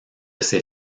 ces